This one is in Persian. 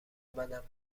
بدم